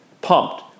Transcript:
pumped